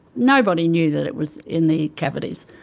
nobody knew that it was in the cavities.